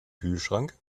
kühlschrank